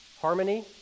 harmony